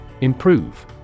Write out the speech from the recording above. Improve